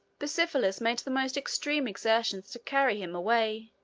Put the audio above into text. bucephalus made the most extreme exertions to carry him away.